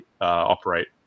operate